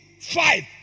five